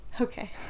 Okay